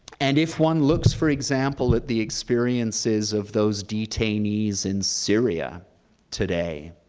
and if one looks, for example, at the experiences of those detainees in syria today,